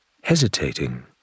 hesitating